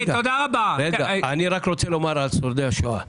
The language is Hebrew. אני רק רוצה לומר מילה על שורדי השואה.